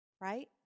right